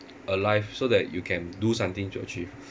alive so that you can do something to achieve